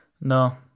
No